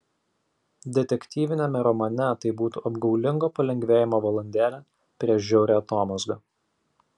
detektyviniame romane tai būtų apgaulingo palengvėjimo valandėlė prieš žiaurią atomazgą